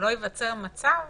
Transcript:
שלא ייווצר מצב